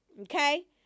Okay